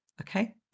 Okay